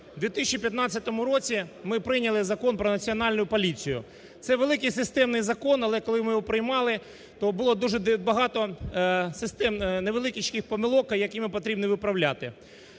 В 2015 році ми прийняли Закон про Національну поліцію. Це великий системний закон, але, коли ми його приймали, то було дуже багато невеличких помилок, які потрібно виправляти.